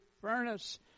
furnace